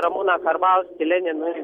ramūną karbauskį leninui